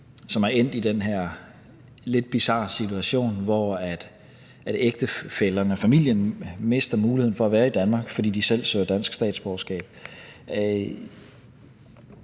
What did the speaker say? som er endt i den her lidt bizarre situation, hvor ægtefællerne, familien, mister muligheden for at være i Danmark, fordi de selv søger dansk statsborgerskab.